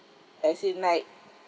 as in like